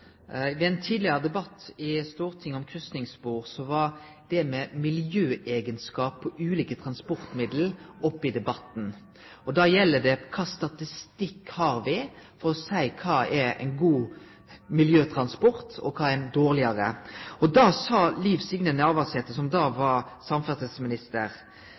ein tidlegare debatt i Stortinget om kryssingsspor var dette med miljøeigenskapar ved ulike transportmiddel oppe i debatten. Og da gjaldt det kva statistikk me har for å seie kva som er ein god miljøtransport, og kva som er ein dårlegare. Da sa Liv Signe Navarsete, som da